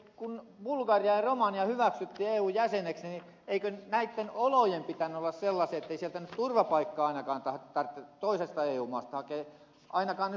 kun bulgaria ja romania hyväksyttiin eun jäseniksi niin eikö näitten olojen pitänyt olla sellaiset ettei sieltä nyt turvapaikkaa ainakaan tarvitse toisesta eu maasta hakea ainakaan nyt suomesta